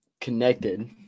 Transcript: connected